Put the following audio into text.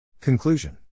Conclusion